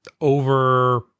over